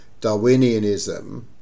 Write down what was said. Darwinianism